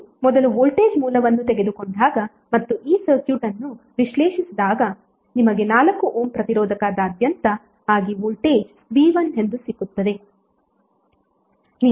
ನೀವು ಮೊದಲು ವೋಲ್ಟೇಜ್ ಮೂಲವನ್ನು ತೆಗೆದುಕೊಂಡಾಗ ಮತ್ತು ಈ ಸರ್ಕ್ಯೂಟ್ ಅನ್ನು ವಿಶ್ಲೇಷಿಸಿದಾಗ ನಿಮಗೆ 4 ಓಮ್ ಪ್ರತಿರೋಧಕದಾದ್ಯಂತ ಆಗಿ ವೋಲ್ಟೇಜ್ v1 ಎಂದು ಸಿಕ್ಕಿದೆ